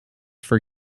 for